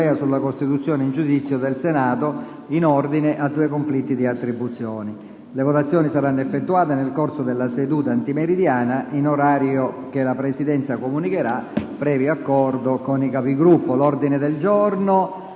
sulla costituzione in giudizio del Senato in ordine a due conflitti di attribuzione. Le votazioni saranno effettuate nel corso della seduta antimeridiana in orario che la Presidenza comunicherà, previo accordo con i Capigruppo. **Sulla votazione